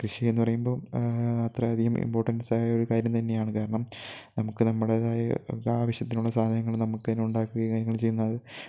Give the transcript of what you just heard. കൃഷിയെന്ന് പറയുമ്പോൾ അത്രയധികം ഇമ്പോർട്ടൻസ് ആയൊരു കാര്യം തന്നെയാണ് കാരണം നമുക്ക് നമ്മുടേതായ ആവശ്യത്തിനുള്ള സാധനങ്ങൾ നമുക്ക് തന്നെ ഉണ്ടാക്കുകയും കാര്യങ്ങൾ ചെയ്യുന്നത്